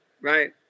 Right